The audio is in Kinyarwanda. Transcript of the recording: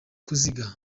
kuziga